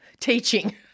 Teaching